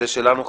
שלנו,